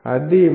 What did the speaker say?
అది 13